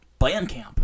Bandcamp